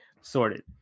sorted